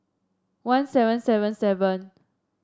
one seven seven seven